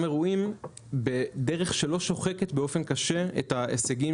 אירועים בדרך שלא שוחקת באופן קשה את ההישגים